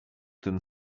ten